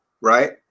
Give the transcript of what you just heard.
right